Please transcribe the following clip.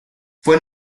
fue